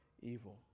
evil